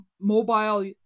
mobile